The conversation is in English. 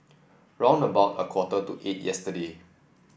round about a quarter to eight yesterday